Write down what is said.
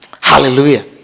Hallelujah